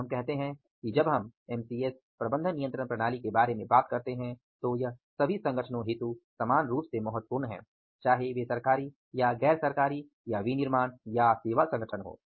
अतः हम कहते हैं कि जब हम MCS प्रबंधन नियंत्रण प्रणाली के बारे में बात करते हैं तो यह सभी संगठनों हेतु समान रूप से महत्वपूर्ण है चाहे वे सरकारी या गैर सरकारी या विनिर्माण या सेवा संगठन हों